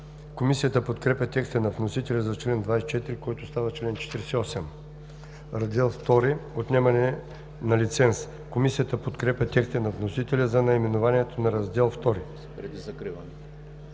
Комисията подкрепя текста на вносителя за чл. 24, който става чл. 48. „Раздел II – Отнемане на лиценз“. Комисията подкрепя текста на вносителя за наименованието на Раздел II. По чл.